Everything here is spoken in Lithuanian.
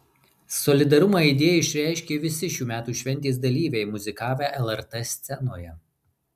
solidarumą idėjai išreiškė visi šių metų šventės dalyviai muzikavę lrt scenoje